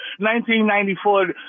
1994